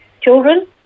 children